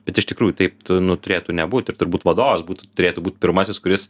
bet iš tikrųjų taip tu nu turėtų nebūt ir turbūt vadovas būtų turėtų būt pirmasis kuris